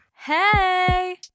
Hey